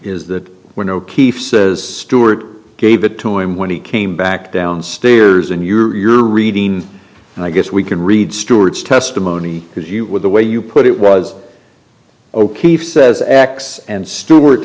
is that when o'keefe says stewart gave it to him when he came back downstairs and you're reading and i guess we can read stewart's testimony because you with the way you put it was ok for says x and stewart